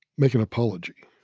make an apology.